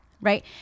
right